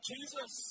Jesus